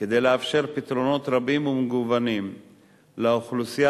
כדי לעשות פתרונות רבים ומגוונים לאוכלוסיית